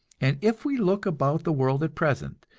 and if we look about the world at present,